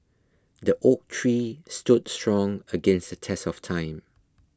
the oak tree stood strong against test of time